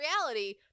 reality